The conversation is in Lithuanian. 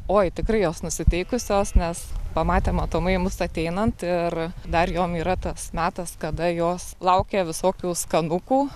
oi tikrai jos nusiteikusios nes pamatė matomai mus ateinant ir dar jom yra tas metas kada jos laukia visokių skanukų